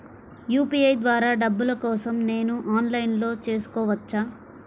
UPI ద్వారా డబ్బులు కోసం నేను ఆన్లైన్లో చేసుకోవచ్చా? లేదా బ్యాంక్ వద్దకు రావాలా?